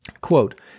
Quote